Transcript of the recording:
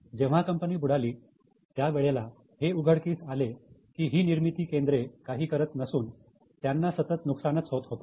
जेव्हा कंपनी बुडाली त्यावेळेला हे उघडकीस आले की ही निर्मिती केंद्रे काही करत नसून त्यांना सतत नुकसानच होत होते